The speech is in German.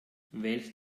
wählt